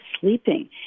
sleeping